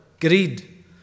Greed